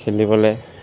খেলিবলৈ